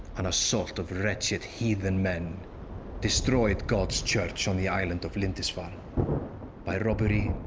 an assault of wretched heathen men destroyed god's church on the island of lindisfarne by robbery